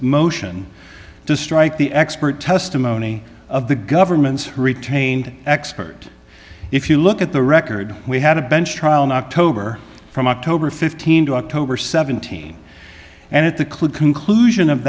motion to strike the expert testimony of the government's retained expert if you look at the record we had a bench trial in october from october fifteenth to october seventeen and at the click conclusion of